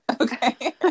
okay